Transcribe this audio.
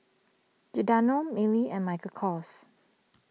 Giordano Mili and Michael Kors